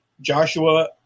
Joshua